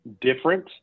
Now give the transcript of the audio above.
different